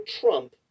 trump